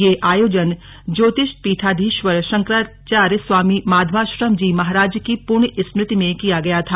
यह आयोजन ज्योतिष्पीठाधीश्वर शंकराचार्य स्वामी माधवाश्रम जी महाराज की प्रण्य स्मृति में किया गया था